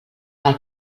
pel